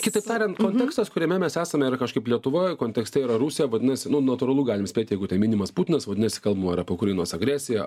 kitaip tariant kontekstas kuriame mes esame ar kažkaip lietuva kontekste yra rusija vadinasi nu natūralu galim spėt jeigu tai minimas putinas vadinasi kalbama yra apie ukrainos agresiją